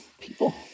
people